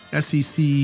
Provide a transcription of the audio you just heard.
SEC